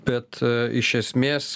bet iš esmės